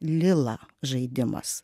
lila žaidimas